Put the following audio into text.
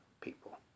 people